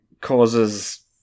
causes